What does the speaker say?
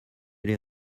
les